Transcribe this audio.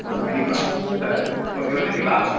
ஆ கண்டிப்பாங்க சரிங்க ஓகே வச்சுட்டுங்களா